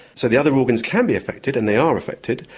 so the other organs can be affected and they are affected,